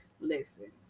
listen